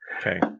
Okay